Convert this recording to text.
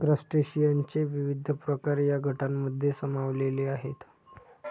क्रस्टेशियनचे विविध प्रकार या गटांमध्ये सामावलेले आहेत